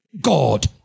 God